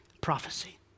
prophecy